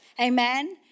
Amen